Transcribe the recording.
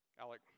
Alec